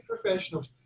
professionals